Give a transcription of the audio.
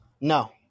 No